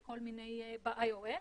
ב-IOS,